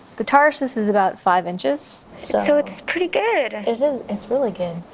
the tarsus is about five inches. so it's pretty good! it is, it's really good.